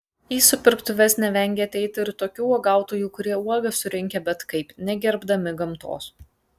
į supirktuves nevengia ateiti ir tokių uogautojų kurie uogas surinkę bet kaip negerbdami gamtos